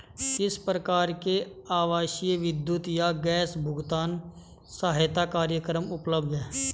किस प्रकार के आवासीय विद्युत या गैस भुगतान सहायता कार्यक्रम उपलब्ध हैं?